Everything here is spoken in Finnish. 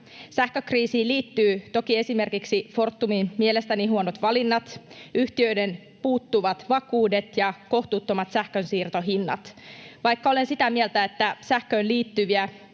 Sähkökriisiin liittyvät toki esimerkiksi Fortumin mielestäni huonot valinnat, yhtiöiden puuttuvat vakuudet ja kohtuuttomat sähkönsiirtohinnat. Vaikka olen sitä mieltä, että sähköön liittyviä